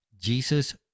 Jesus